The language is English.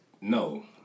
no